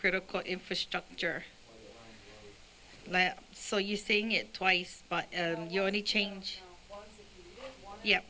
critical infrastructure so you seeing it twice you know any change yeah